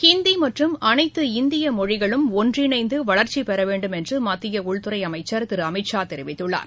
ஹிந்தி மற்றும் அனைத்து இந்திய மொழிகளும் ஒன்றிணைந்து வளர்ச்சி பெறவேண்டும் என்று உள்துறை அமைச்சர் திரு அமித்ஷா தெரிவித்துள்ளார்